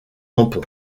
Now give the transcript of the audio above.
tampon